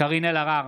קארין אלהרר,